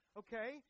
okay